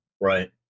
Right